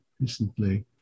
recently